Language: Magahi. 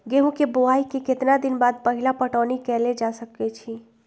गेंहू के बोआई के केतना दिन बाद पहिला पटौनी कैल जा सकैछि?